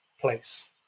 place